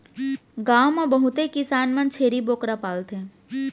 गॉव म बहुते किसान मन छेरी बोकरा पालथें